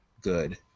good